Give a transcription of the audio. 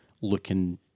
looking